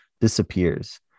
disappears